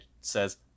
says